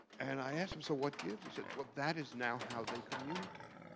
and i asked him, so what gives? he said, well, that is now how they communicate.